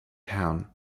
town